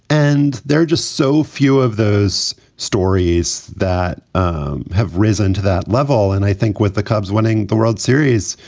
and there are just so few of those stories that um have risen to that level. and i think with the cubs winning the world series,